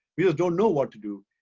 we just don't know what to do.